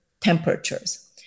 temperatures